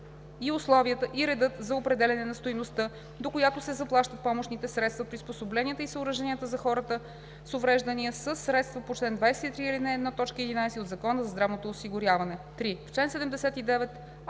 и условията и редът за определяне на стойността, до която се заплащат помощните средства, приспособленията и съоръженията за хората с увреждания със средства по чл. 23, ал. 1, т. 11 от Закона за здравното осигуряване.“ 3. В чл. 79: